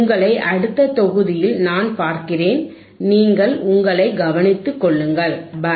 உங்களை அடுத்த தொகுதியில் நான் பார்க்கிறேன் நீங்கள் உங்களை கவனித்துக் கொள்ளுங்கள் பை